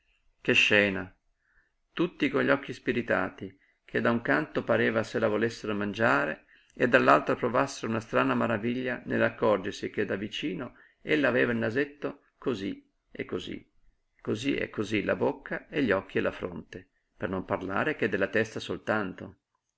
che scena tutti con gli occhi spiritati che da un canto pareva se la volessero mangiare e dall'altro provassero una strana maraviglia nell'accorgersi che da vicino ella aveva il nasetto cosí e cosí cosí e cosí la bocca e gli occhi e la fronte per non parlare che della testa soltanto